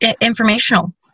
informational